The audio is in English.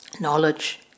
knowledge